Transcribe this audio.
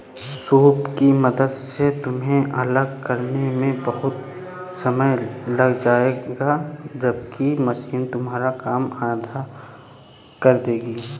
soup की मदद से तुम्हें अलग करने में बहुत समय लग जाएगा जबकि मशीन तुम्हारा काम आधा कर देगी